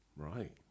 Right